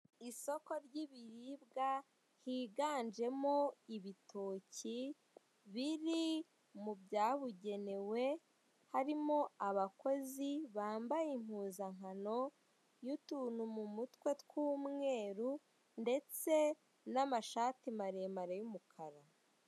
Isoko ry'ibiribwa higanjemo ibitoki, biri mu byabugenewe; harimo abakozi bambaye impuzankano y'utuntu mu mutwe tw'umweru, ndetse n'amashati maremare y'umukara.